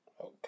Okay